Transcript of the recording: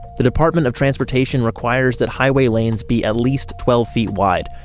the department of transportation requires that highway lanes be at least twelve feet wide.